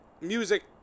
music